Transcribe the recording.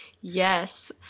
Yes